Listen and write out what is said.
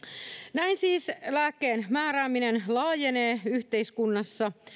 näin siis lääkkeenmäärääminen laajenee yhteiskunnassa